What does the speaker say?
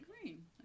Green